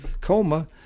coma